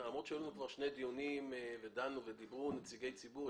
קיימנו כבר שני דיונים ודיברו נציגי ציבור.